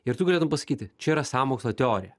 ir tu galėtum pasakyti čia yra sąmokslo teorija